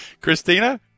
Christina